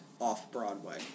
Off-Broadway